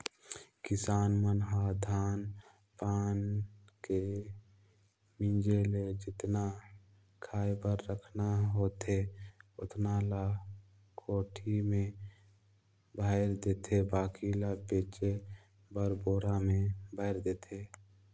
किसान मन ह धान पान के मिंजे ले जेतना खाय बर रखना होथे ओतना ल कोठी में भयर देथे बाकी ल बेचे बर बोरा में भयर देथे